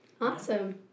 awesome